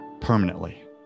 permanently